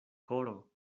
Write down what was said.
koro